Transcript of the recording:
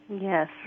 Yes